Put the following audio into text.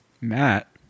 matt